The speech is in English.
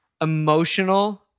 emotional